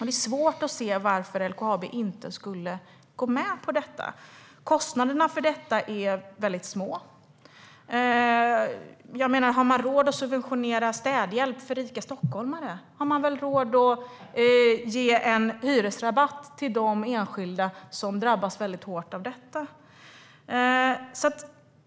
Det är svårt att se varför LKAB inte skulle gå med på det. Kostnaderna för detta är små. Har man råd att subventionera städhjälp för rika stockholmare har man väl råd att ge en hyresrabatt till de enskilda som drabbas hårt av detta.